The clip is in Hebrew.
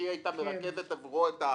שהיא הייתה מרכזת עבורו את הקבוצה,